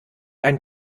ein